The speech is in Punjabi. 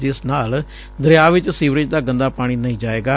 ਜਿਸ ਨਾਲ ਦਰਿਆ ਵਿਚ ਸੀਵਰੇਜ ਦਾ ਗੰਦਾ ਪਾਣੀ ਨਹੀ ਜਾਏਗਾ